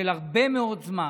של הרבה מאוד זמן.